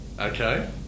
okay